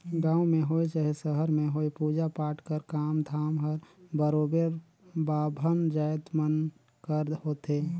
गाँव में होए चहे सहर में होए पूजा पाठ कर काम धाम हर बरोबेर बाभन जाएत मन कर होथे